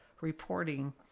reporting